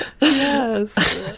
Yes